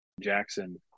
Jackson